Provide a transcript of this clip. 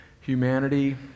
humanity